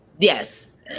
Yes